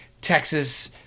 Texas